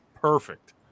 Perfect